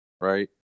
Right